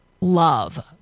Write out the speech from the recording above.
love